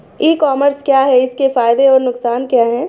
ई commerce क्या है इसके फायदे और नुकसान क्या है?